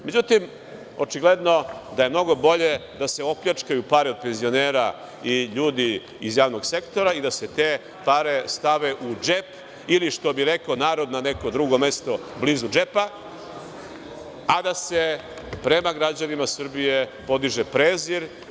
Međutim, očigledno da je mnogo bolje da se opljačkaju pare od penzionera i ljudi iz javnog sektora i da se te pare stave u džep ili, što bi narod rekao, na neko drugo mesto blizu džepa, a da se prema građanima Srbije podiže prezir.